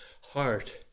heart